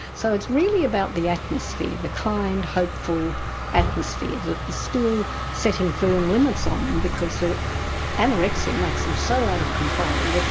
so it's really about the atmosphere, the kind, hopeful atmosphere that is still setting firm limits on them because anorexia makes them so out of control.